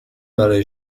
برای